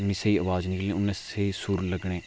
ते स्हेई अवाज निकलनी उ'न्ने स्हेई सूर लग्गने